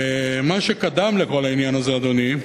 ומה שקדם לכל העניין הזה, אדוני,